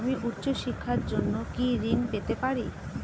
আমি উচ্চশিক্ষার জন্য কি ঋণ পেতে পারি?